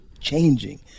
changing